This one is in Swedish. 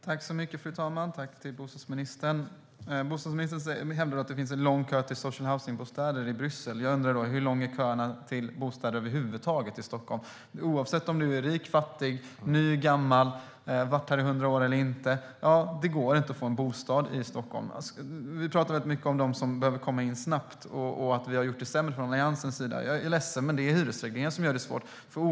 Fru talman! Tack, bostadsministern! Bostadsministern hävdar att det finns en lång kö till social housing-bostäder i Bryssel. Jag undrar: Hur långa är köerna till bostäder över huvud taget i Stockholm? Oavsett om man är rik eller fattig, ny eller gammal, har varit här i hundra år eller inte går det inte att få en bostad i Stockholm. Det pratas mycket om de som behöver komma in snabbt och att vi i Alliansen skulle ha gjort det sämre. Jag är ledsen, men det är hyresregleringen som gör det svårt.